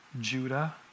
Judah